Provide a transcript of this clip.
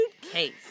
case